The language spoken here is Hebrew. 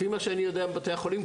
לפי מה שאני יודע מבתי החולים,